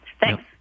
thanks